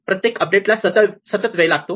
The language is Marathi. प्रत्येक अपडेटला सतत वेळ लागतो